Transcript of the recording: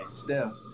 Steph